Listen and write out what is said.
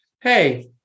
Hey